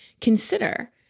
consider